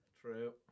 true